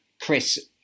Chris